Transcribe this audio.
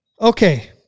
Okay